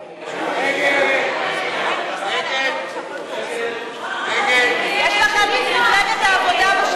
ההצעה להסיר מסדר-היום את הצעת חוק חינוך ממלכתי (תיקון,